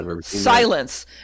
silence